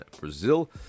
Brazil